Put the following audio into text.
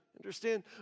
Understand